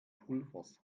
pulvers